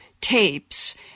tapes